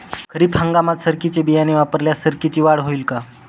खरीप हंगामात सरकीचे बियाणे वापरल्यास सरकीची वाढ होईल का?